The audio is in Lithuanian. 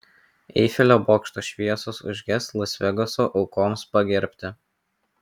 eifelio bokšto šviesos užges las vegaso aukoms pagerbti